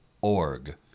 org